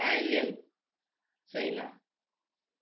Thailand China